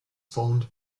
formed